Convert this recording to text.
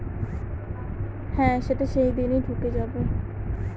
একটি ছুটির দিনে যদি আমার কাছে টাকা পাঠানো হয় সেটা কি আমার ব্যাংকে সেইদিন ঢুকবে?